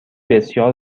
بسیار